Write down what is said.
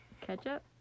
Ketchup